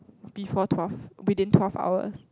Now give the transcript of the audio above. before twelve within twelve hours